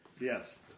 Yes